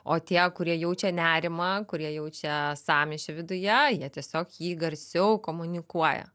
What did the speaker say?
o tie kurie jaučia nerimą kurie jaučia sąmyšį viduje jie tiesiog jį garsiau komunikuoja